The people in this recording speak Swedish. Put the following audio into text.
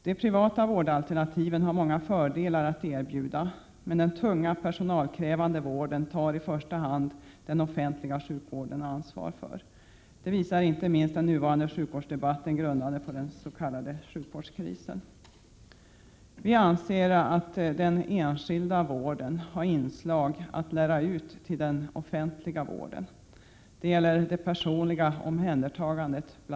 De privata vårdalternativen har många fördelar att erbjuda, men den tunga, personalkrävande vården tar i första hand den offentliga sjukvården ansvar för. Det visar inte minst den nuvarande sjukvårdsdebatten, grundad på den s.k. sjukvårdskrisen. Vi anser att den enskilda vården har inslag att lära ut till den offentliga vården, bl.a. det personliga omhändertagandet.